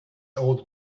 old